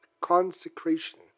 consecration